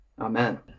Amen